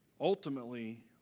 Ultimately